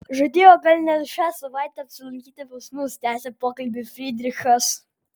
žadėjo gal net šią savaitę apsilankyti pas mus tęsė pokalbį frydrichas